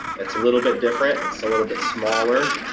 it's a little bit different, it's a little bit smaller.